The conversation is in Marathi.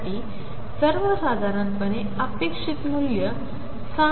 साठी सर्वसाधारणपणे अपेक्षित मूल्य असेल